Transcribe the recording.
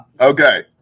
Okay